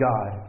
God